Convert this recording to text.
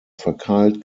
verkeilt